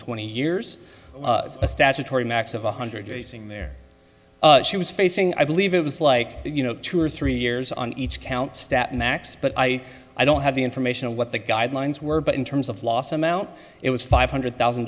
twenty years a statutory max of one hundred using their she was facing i believe it was like you know two or three years on each count stat max but i i don't have the information of what the guidelines were but in terms of loss amount it was five hundred thousand